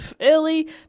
early